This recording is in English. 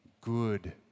good